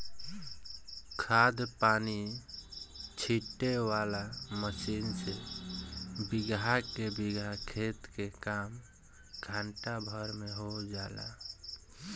खाद पानी छीटे वाला मशीन से बीगहा के बीगहा खेत के काम घंटा भर में हो जाला